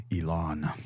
Elon